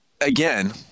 again